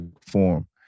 form